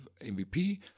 MVP